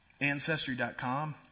Ancestry.com